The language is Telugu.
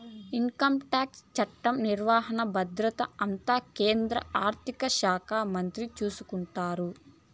ఇన్కంటాక్స్ చట్ట నిర్వహణ బాధ్యత అంతా కేంద్ర ఆర్థిక శాఖ మంత్రి చూసుకుంటారు